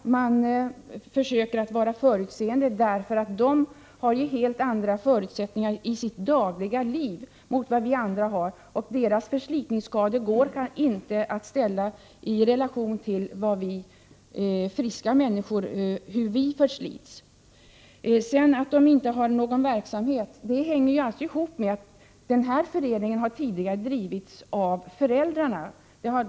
Föreningen försöker att vara förutseende därför att de neurosedynskadade i sitt dagliga liv har helt andra förutsättningar än vi andra har. Deras förslitningsskador är helt andra än friska människors. Att man inte har någon verksamhet hänger ihop med att föreningen tidigare har drivits av föräldrarna.